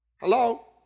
Hello